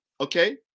Okay